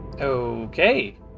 Okay